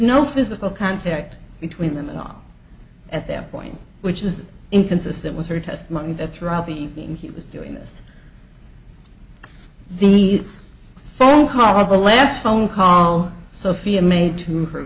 no physical contact between them and all at that point which is inconsistent with her testimony that throughout the evening he was doing this the phone call the last phone call sophia made to